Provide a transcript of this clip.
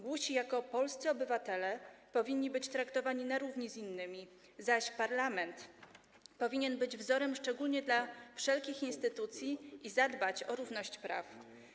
Głusi jako polscy obywatele powinni być traktowani na równi z innymi, zaś parlament powinien być wzorem, szczególnie dla różnego rodzaju instytucji, i powinien zadbać o równość praw.